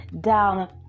down